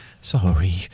sorry